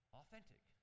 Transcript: authentic